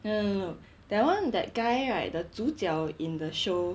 no no no that one that guy right 的主角 in the show